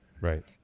right